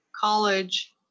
college